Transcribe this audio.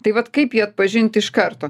tai vat kaip jį atpažint iš karto